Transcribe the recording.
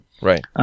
Right